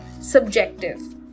subjective